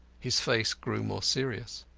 his face grew more serious.